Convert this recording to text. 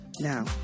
now